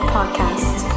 Podcast